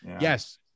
yes